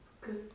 Good